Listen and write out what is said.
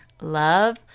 love